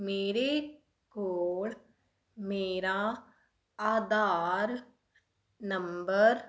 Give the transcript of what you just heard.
ਮੇਰੇ ਕੋਲ ਮੇਰਾ ਆਧਾਰ ਨੰਬਰ